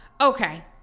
Okay